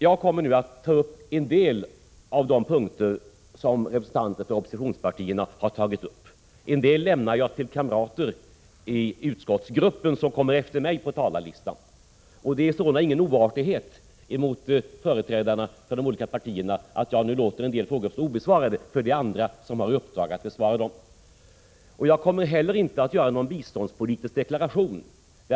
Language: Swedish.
Jag kommer nu att ta upp en del av de punkter som representanter för oppositionspartierna har berört, och en del lämnar jag till kamrater i utskottsgruppen som kommer efter mig på talarlistan. Det är således ingen oartighet mot företrädarna för de olika partierna att jag nu låter några frågor stå obesvarade, för det är andra som har i uppdrag att besvara dem. Jag kommer heller inte att göra någon biståndspolitisk deklaration.